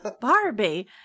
Barbie